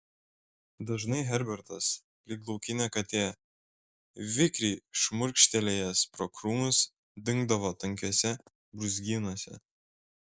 dažnai herbertas lyg laukinė katė vikriai šmurkštelėjęs pro krūmus dingdavo tankiuose brūzgynuose